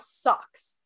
sucks